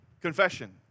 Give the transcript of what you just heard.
confession